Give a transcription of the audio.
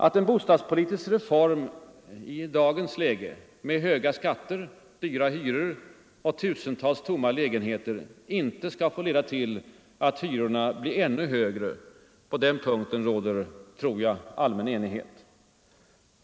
Att en bostadspolitisk reform — med dagens höga skatter, dyra hyror och tusentals tomma lägenheter — inte får leda till ännu dyrare hyror, därom råder, tror jag, allmän enighet.